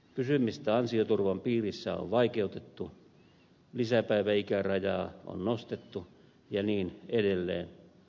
pysymistä ansioturvan piirissä on vaikeutettu lisäpäiväikärajaa on nostettu ja niin edelleen